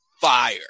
fire